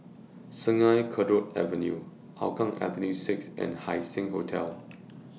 Sungei Kadut Avenue Hougang Avenue six and Haising Hotel